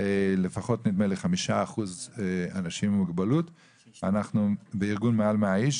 לפחות 5% העסקת אנשים עם מוגבלות בארגונים מעל 100 איש.